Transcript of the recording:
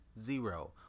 zero